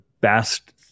best